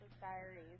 Diaries